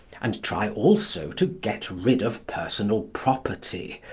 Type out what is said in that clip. and try also to get rid of personal property.